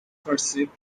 perceived